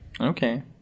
Okay